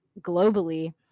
globally